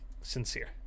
sincere